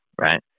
right